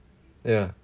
ya